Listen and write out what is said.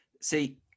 See